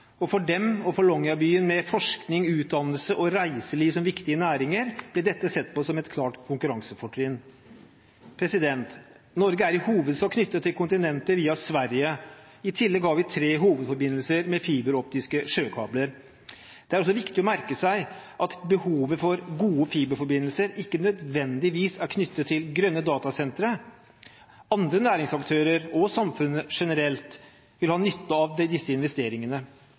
For dem og for Longyearbyen, med forskning, utdannelse og reiseliv som viktige næringer, blir dette sett på som et klart konkurransefortrinn. Norge er i hovedsak knyttet til kontinentet via Sverige. I tillegg har vi tre hovedforbindelser med fiberoptiske sjøkabler. Det er også viktig å merke seg at behovet for gode fiberforbindelser ikke nødvendigvis er knyttet til grønne datasentre. Andre næringsaktører og samfunnet generelt vil ha nytte av disse investeringene.